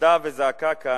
עמדה וזעקה כאן,